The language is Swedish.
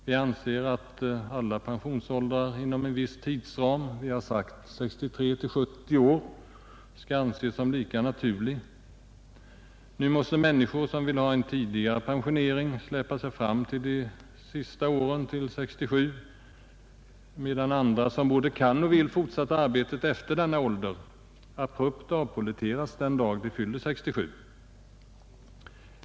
Vi anser att alla pensionsåldrar inom en viss tidsram — vi har sagt 63 - 70 år — skall anses som lika naturliga. Nu måste människor som vill ha en tidigare pensionering släpa sig fram de sista åren till 67 års ålder, medan andra — som både kan och vill fortsätta arbetet sedan de uppnått denna ålder — abrupt avpolletteras den dag de fyller 67 år.